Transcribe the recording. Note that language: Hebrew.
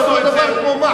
זה אותו הדבר כמו מח"ש.